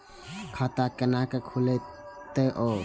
खाता केना खुलतै यो